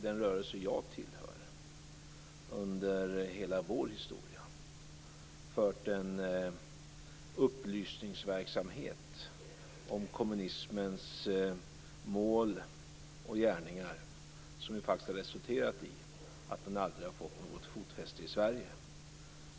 Den rörelse jag tillhör har under hela sin historia fört en upplysningsverksamhet om kommunismens mål och gärningar, som faktiskt har resulterat i att den aldrig har fått något fotfäste i Sverige.